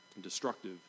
destructive